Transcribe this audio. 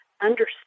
understand